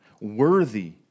worthy